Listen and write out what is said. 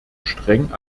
streng